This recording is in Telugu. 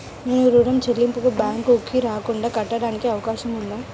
నేను ఋణం చెల్లింపులు బ్యాంకుకి రాకుండా కట్టడానికి అవకాశం ఉందా?